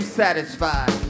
satisfied